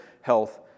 health